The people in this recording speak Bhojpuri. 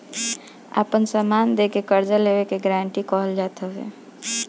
आपन समान दे के कर्जा लेवे के गारंटी कहल जात हवे